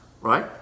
right